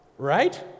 Right